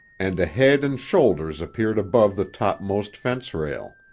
and a head and shoulders appeared above the topmost fence-rail.